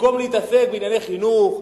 שבמקום להתעסק בענייני חינוך,